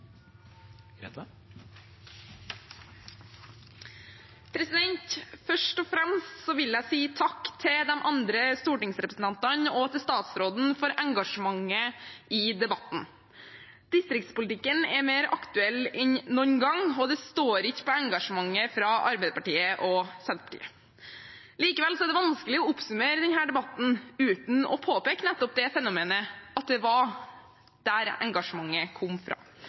Først og fremst vil jeg si takk til de andre stortingsrepresentantene og til statsråden for engasjementet i debatten. Distriktspolitikken er mer aktuell enn noen gang, og det står ikke på engasjementet fra Arbeiderpartiet og Senterpartiet. Likevel er det vanskelig å oppsummere denne debatten uten å påpeke nettopp det fenomenet at det var der engasjementet kom fra.